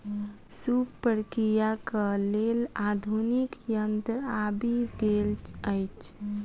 सूप प्रक्रियाक लेल आधुनिक यंत्र आबि गेल अछि